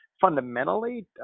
fundamentally